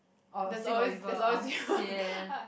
orh still got people ah sian